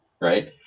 right